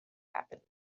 happen